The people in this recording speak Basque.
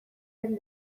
zen